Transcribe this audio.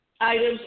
items